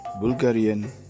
Bulgarian